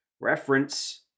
reference